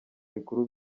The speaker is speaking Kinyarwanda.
bikuru